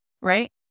right